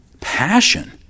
passion